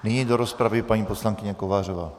Nyní do rozpravy paní poslankyně Kovářová.